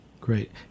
Great